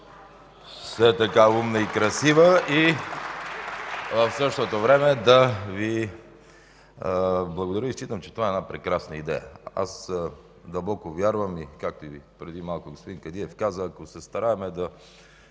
все така умна и красива. (Ръкопляскания.) В същото време да Ви благодаря и считам, че това е една прекрасна идея. Аз дълбоко вярвам, както каза преди малко и господин Кадиев – ако се стараем да